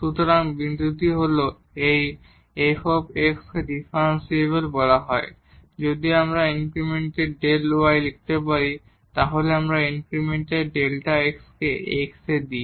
সুতরাং বিন্দুটি হল যে এই f কে ডিফারেনশিবল বলা হয় যদি আমরা ইনক্রিমেন্ট Δ y লিখতে পারি যখন আমরা ইনক্রিমেন্ট Δ x কে x এ দিই